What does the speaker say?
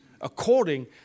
According